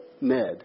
Ned